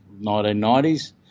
1990s